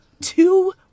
two